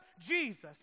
Jesus